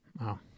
Wow